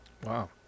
wow